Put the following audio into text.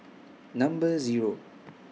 Number Zero